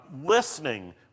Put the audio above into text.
Listening